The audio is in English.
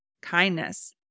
kindness